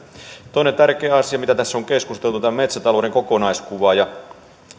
toinen tärkeä asia mistä tässä on keskusteltu on tämä metsätalouden kokonaiskuva